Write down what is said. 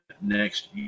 next